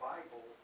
Bible